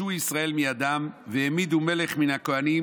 והושיעו ישראל מידם, והעמידו מלך מן הכוהנים,